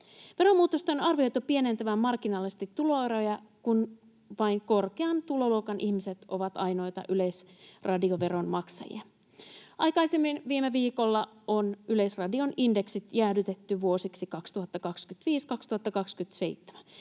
Veromuutosten on arvioitu pienentävän marginaalisesti tuloeroja, kun vain korkean tuloluokan ihmiset ovat ainoita yleisradioveron maksajia. Aikaisemmin viime viikolla on Yleisradion indeksit jäädytetty vuosiksi 2025—2027.